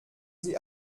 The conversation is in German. sie